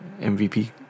MVP